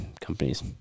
companies